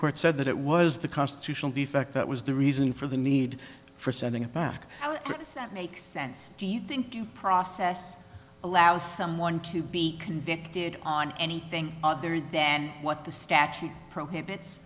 court said that it was the constitutional defect that was the reason for the need for sending it back how does that make sense do you think to process allow someone to be convicted on anything other than what the statute prohibits